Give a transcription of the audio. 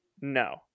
No